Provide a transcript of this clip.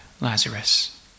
Lazarus